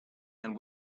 and